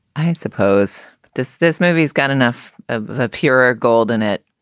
i suppose this this movie has got enough of a pure gold in it.